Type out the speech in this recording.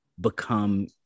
become